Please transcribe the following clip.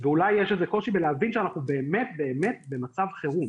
ואולי יש איזשהו קושי בלהבין שאנחנו באמת באמת במצב חירום,